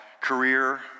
career